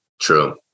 True